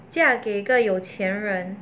嫁给个有钱人